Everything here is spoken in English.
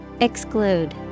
Exclude